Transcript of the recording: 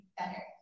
better